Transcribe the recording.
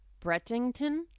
Brettington